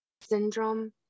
syndrome